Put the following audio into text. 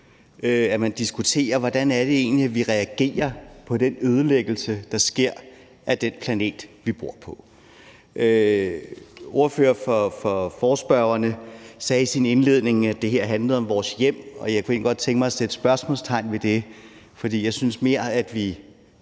at man diskuterer, hvordan det egentlig er, vi reagerer på den ødelæggelse, der sker af den planet, vi bor på. Ordføreren for forespørgerne sagde i sin indledning, at det her handlede om vores hjem, og jeg kunne egentlig godt tænke mig at sætte spørgsmålstegn ved det, for jeg synes mere, at vi